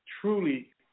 truly